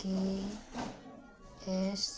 K S